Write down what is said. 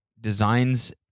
designs